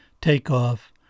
takeoff